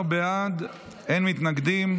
16 בעד, אין מתנגדים.